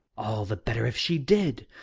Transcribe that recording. all the better if she did.